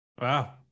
Wow